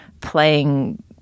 playing